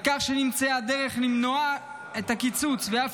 על כך שנמצאה דרך למנוע את הקיצוץ ואף